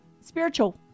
spiritual